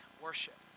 worship